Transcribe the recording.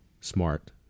smart